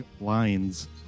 lines